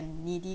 needy